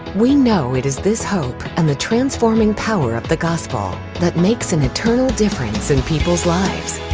we know it is this hope and the transforming power of the gospel that makes an eternal difference in people's lives.